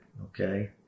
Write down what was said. Okay